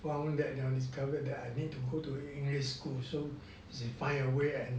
found that discovered that I need to go to english school so she find a way and